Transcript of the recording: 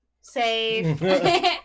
Save